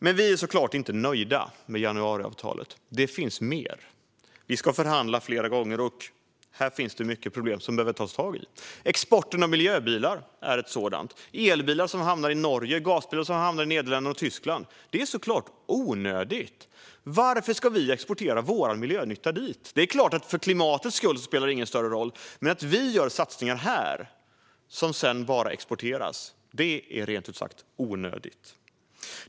Men vi är såklart inte nöjda med januariavtalet. Det finns mer. Vi ska förhandla flera gånger. Här finns det många problem som man behöver ta tag i. Exporten av miljöbilar är ett sådant. Att elbilar hamnar i Norge och gasbilar hamnar i Nederländerna och Tyskland är såklart onödigt. Varför ska vi exportera vår miljönytta dit? Det är klart att det för klimatets skull inte spelar någon större roll, men att vi gör satsningar här som sedan bara exporteras är rent ut sagt onödigt.